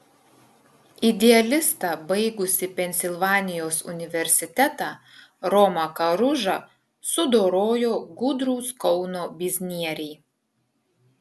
idealistą baigusį pensilvanijos universitetą romą karužą sudorojo gudrūs kauno biznieriai